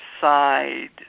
side